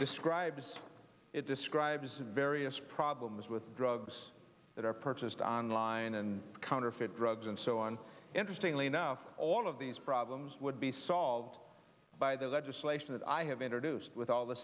describes it describes various problems with drugs that are purchased on line and counterfeit drugs and so on interestingly now all of these problems would be solved by the legislation that i have introduced with all the